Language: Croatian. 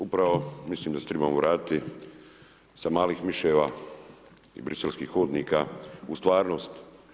Upravo mislim da se trebamo vratiti sa malih miševa i briselskih hodnika u stvarnost.